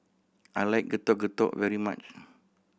I like Getuk Getuk very much